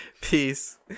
Peace